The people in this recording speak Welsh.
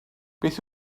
beth